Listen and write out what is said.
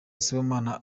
sibomana